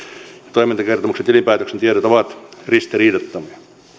toimintakertomuksen ja tilinpäätöksen tiedot ovat ristiriidattomia